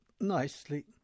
nicely